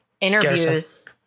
interviews